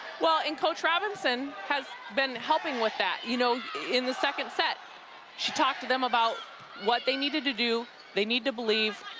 well, and coach robinson has been helping with that, you know, in the second set she talked to them about what they needed to do they need to believe